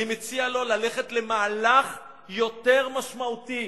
אני מציע לו ללכת למהלך יותר משמעותי,